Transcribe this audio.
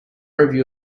review